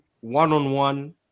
one-on-one